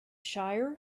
shire